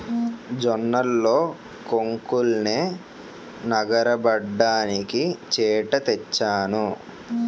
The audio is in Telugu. జొన్నల్లో కొంకుల్నె నగరబడ్డానికి చేట తెచ్చాను